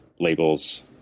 labels